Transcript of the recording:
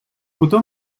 fotó